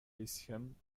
bisschen